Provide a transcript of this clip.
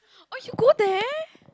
oh you go there